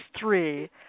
three